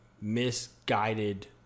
misguided